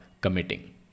committing